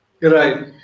Right